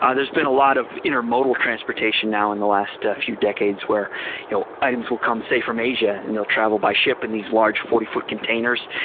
ah there's been a lot of intermodal transportation now in the last few decades where you know items will come, say, from asia, and they'll travel by ship in these large forty foot containers.